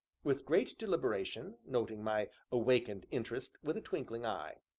with great deliberation, noting my awakened interest with a twinkling eye.